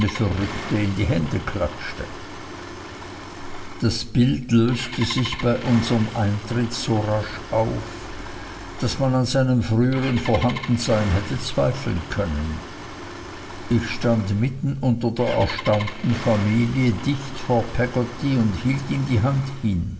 verrückte in die hände klatschte das bild löste sich bei unserm eintritt so rasch auf daß man an seinem frühern vorhandensein hätte zweifeln können ich stand mitten unter der erstaunten familie dicht vor peggotty und hielt ihm die hand hin